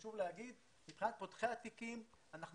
חשוב לומר שמבחינת פותחי התיקים אנחנו